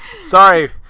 Sorry